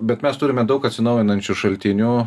bet mes turime daug atsinaujinančių šaltinių